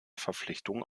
verpflichtung